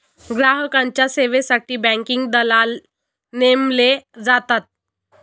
ग्राहकांच्या सेवेसाठी बँकिंग दलाल नेमले जातात